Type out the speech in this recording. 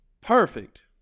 Perfect